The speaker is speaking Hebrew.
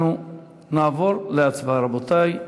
אנחנו נעבור להצבעה, רבותי.